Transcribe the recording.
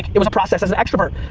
it was a process, as an extrovert.